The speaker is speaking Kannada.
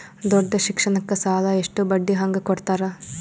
ದೊಡ್ಡ ಶಿಕ್ಷಣಕ್ಕ ಸಾಲ ಎಷ್ಟ ಬಡ್ಡಿ ಹಂಗ ಕೊಡ್ತಾರ?